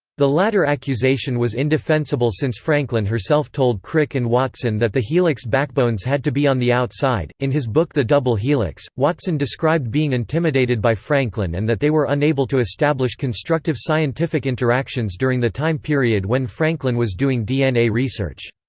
the latter accusation was indefensible since franklin herself told crick and watson that the helix backbones had to be on the outside in his book the double helix, watson described being intimidated by franklin and that they were unable to establish constructive scientific interactions during the time period when franklin was doing dna research.